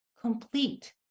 complete